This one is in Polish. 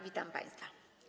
Witam państwa.